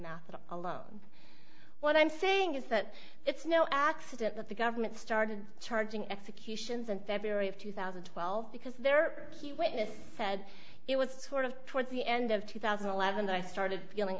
math alone what i'm saying is that it's no accident that the government started charging executions in february of two thousand and twelve because their key witness said it was sort of towards the end of two thousand and eleven i started feeling